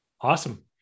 Awesome